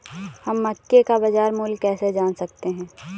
हम मक्के का बाजार मूल्य कैसे जान सकते हैं?